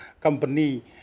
company